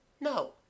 No